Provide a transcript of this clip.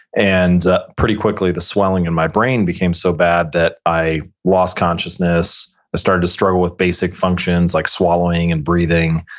and pretty quickly, the swelling in my brain became so bad that i lost consciousness, i started to struggle with basic functions like swallowing and breathing.